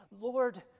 Lord